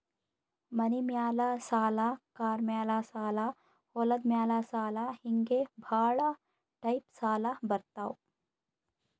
ಮನಿ ಮ್ಯಾಲ ಸಾಲ, ಕಾರ್ ಮ್ಯಾಲ ಸಾಲ, ಹೊಲದ ಮ್ಯಾಲ ಸಾಲ ಹಿಂಗೆ ಭಾಳ ಟೈಪ್ ಸಾಲ ಬರ್ತಾವ್